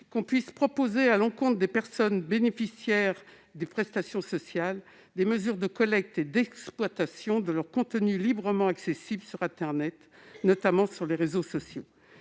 qu'on puisse proposer à l'encontre des personnes bénéficiaires des prestations sociales des mesures de collecte et d'exploitation de leurs contenus librement accessibles sur internet, notamment sur les réseaux sociaux,